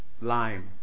lime